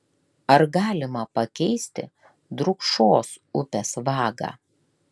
ar galima pakeisti drūkšos upės vagą